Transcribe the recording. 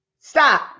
stop